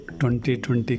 2020